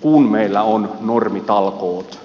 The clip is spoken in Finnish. kun meillä on normitalkoot